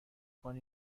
کنی